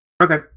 Okay